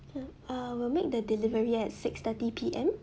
uh we'll make the delivery at six thirty P_M